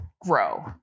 grow